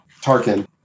Tarkin